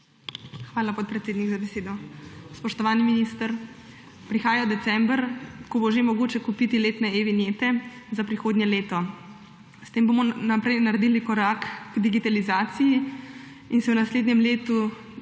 Hvala, podpredsednik, za besedo. Spoštovani minister! Prihaja december, ko bo že mogoče kupiti letne e-vinjete za prihodnje leto. S tem bomo naredili korak naprej k digitalizaciji in se v naslednjem letu